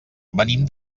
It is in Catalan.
venim